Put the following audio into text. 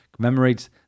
commemorates